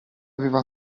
aveva